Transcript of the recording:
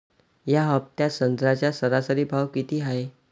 या हफ्त्यात संत्र्याचा सरासरी भाव किती हाये?